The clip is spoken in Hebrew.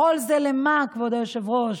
כל זה למה, כבוד היושב-ראש?